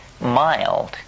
mild